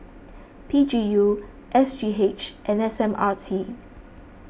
P G U S G H and S M R T